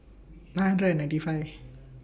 nine hundred and ninety five